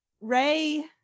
Ray